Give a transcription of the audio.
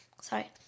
Sorry